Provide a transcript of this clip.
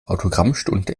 autogrammstunde